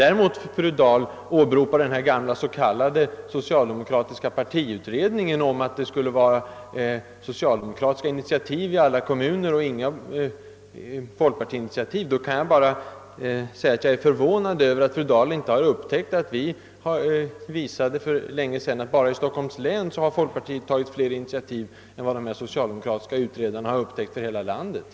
Sedan åberopade fru Dahl socialdemokratiska partiets s.k. utredning, där man påstod att så gott som samtliga initiativ i daghemsfrågan i kommunerna var socialdemokratiska och att folkpartiet inte hade tagit några initiativ. Jag är förvånad över att fru Dahl inte känner till att vi för länge sedan har påvisat att folkpartiet bara i Stockholms län har tagit flera initiativ än vad den socialdemokratiska utredningen noterade för hela landet.